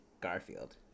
Garfield